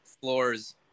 floors